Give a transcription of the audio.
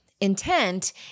Intent